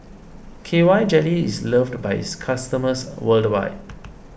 K Y jelly is loved by its customers worldwide